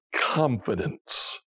confidence